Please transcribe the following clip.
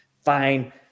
fine